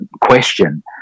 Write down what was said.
question